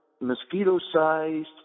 mosquito-sized